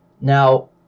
Now